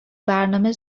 برنامه